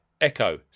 Echo